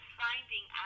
finding